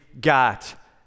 got